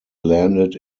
landed